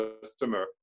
customer